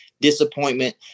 disappointment